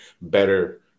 better